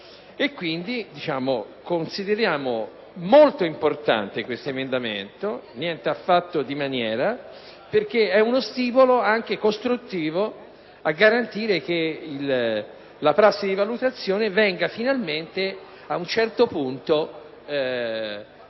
Quindi, consideriamo molto importante questo emendamento, nient'affatto di maniera, perché è uno stimolo anche costruttivo a garantire che la prassi di valutazione venga finalmente materializzata e realizzata.